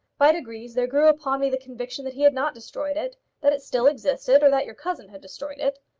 by degrees there grew upon me the conviction that he had not destroyed it that it still existed or that your cousin had destroyed it.